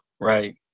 Right